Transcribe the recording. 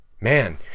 Man